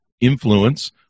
Influence